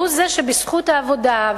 והוא זה שבזכות העבודה,